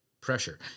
pressure